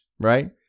Right